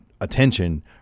attention